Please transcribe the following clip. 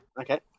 Okay